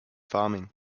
farming